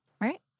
Right